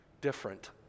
different